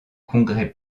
congrès